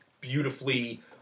beautifully